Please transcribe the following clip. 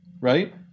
right